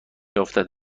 افتد